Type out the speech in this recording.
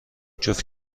جفت